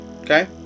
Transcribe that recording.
okay